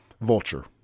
Vulture